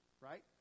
right